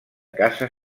casa